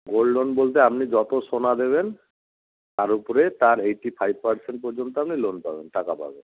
gold loan বলতে আপনি যত সোনা দেবেন তার উপরে তার এইট্টি ফাইভ পারসেন্ট পর্যন্ত আপনি লোন পাবেন টাকা পাবেন